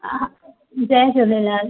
हा हा जय झूलेलाल